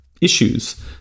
issues